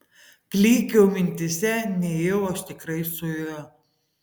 klykiau mintyse nejau aš tikrai su juo